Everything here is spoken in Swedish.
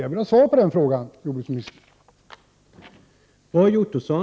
Jag vill ha svar på den frågan, jordbruksministern.